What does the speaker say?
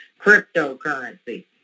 cryptocurrency